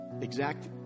exact